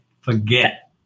Forget